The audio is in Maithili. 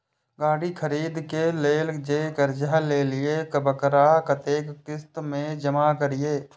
गाड़ी खरदे के लेल जे कर्जा लेलिए वकरा कतेक किस्त में जमा करिए?